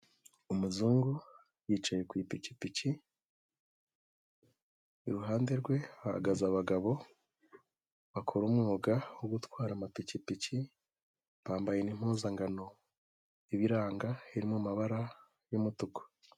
Umuzungu yicaye ku ipikipiki, iruhande rwe hahagaze abagabo bakora umwuga wo gutwara amapikipiki, bambaye' impuzankano ibiranga iri mu mabara y'umutuku.